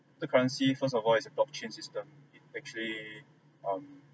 cryptocurrency first of all is a block chain system actually um